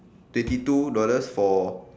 twenty two dollars for